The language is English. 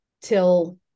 till